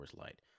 Light